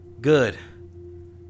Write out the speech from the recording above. Good